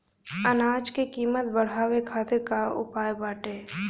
अनाज क कीमत बढ़ावे खातिर का उपाय बाटे?